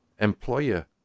employer